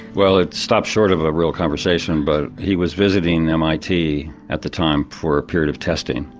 well it stopped short of a real conversation but he was visiting mit at the time for a period of testing.